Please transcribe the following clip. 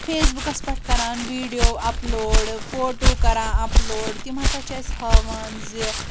face بُکَس پٮ۪ٹھ کران ویٖڈیو اَپلوڈ فوٹو کران اَپلوڈ تِم ہسا چھِ اَسہِ ہاوان زِ